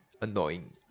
annoying